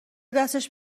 دستش